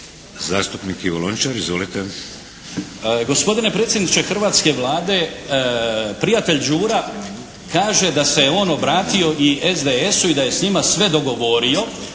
Zastupnik Lino Červar. Izvolite.